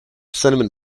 cinnamon